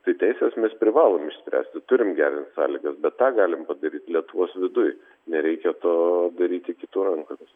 tai teises mes privalom išspręsti turim gerint sąlygas bet tą galim padaryt lietuvos viduj nereikia to daryti kitų rankomis